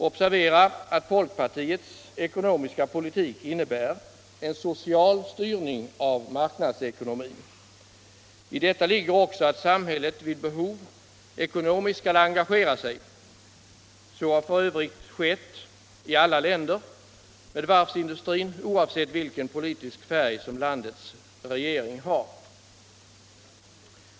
Observera att folkpartiets ekonomiska politik innebär en social styrning av marknadsekonomin., I detta ligger också att samhället vid behov ekonomiskt kan engagera sig. Så har f. ö. skett med varvsindustrin i alla länder, oavsett vilken politisk färg som landets regering haft.